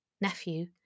nephew